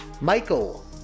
Michael